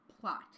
plot